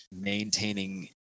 maintaining